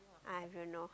I don't know